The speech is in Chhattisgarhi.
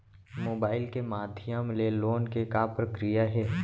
मोबाइल के माधयम ले लोन के का प्रक्रिया हे?